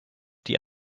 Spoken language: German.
die